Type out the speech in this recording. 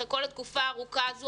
אחרי כל התקופה הארוכה הזו,